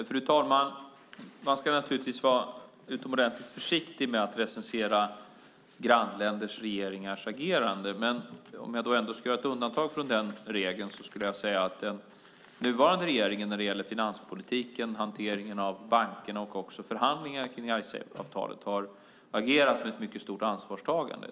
Fru talman! Man ska naturligtvis vara utomordentligt försiktig med att recensera grannländernas regeringars agerande. Men om jag nu ändå skulle göra ett undantag från den regeln skulle jag säga att den nuvarande regeringen när det gäller finanspolitiken, hanteringen av bankerna och förhandlingarna kring Icesave-avtalet har agerat med ett mycket stort ansvarstagande.